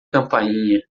campainha